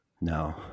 No